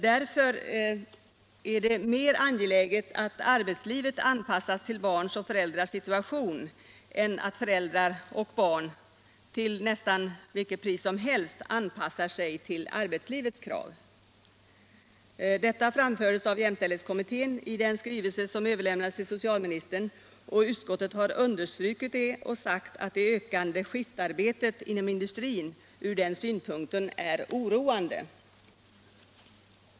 Därför är det mer angeläget att arbetslivet anpassas till barns och föräldrars situation än att föräldrar och barn till nästan vilket pris som helst anpassar sig till arbetslivets krav. Detta framfördes av jämställdhetskommittén i den skrivelse som överlämnades till socialministern, och utskottet har understrukit det och sagt att det ökande skiftarbetet inom industrin från den synpunkten är oroande.